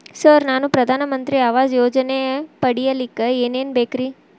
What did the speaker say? Sir ನಾನು ಪ್ರಧಾನ ಮಂತ್ರಿ ಆವಾಸ್ ಯೋಜನೆ ಪಡಿಯಲ್ಲಿಕ್ಕ್ ಏನ್ ಏನ್ ಬೇಕ್ರಿ?